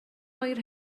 oer